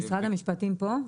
משרד המשפטים פה?